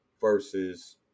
versus